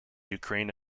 ukraine